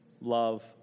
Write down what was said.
love